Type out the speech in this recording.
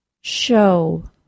Show